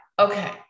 Okay